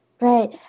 Right